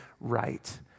right